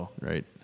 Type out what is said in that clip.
Right